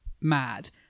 mad